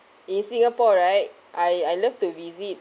in singapore right I I love to visit